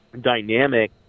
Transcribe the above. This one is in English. dynamic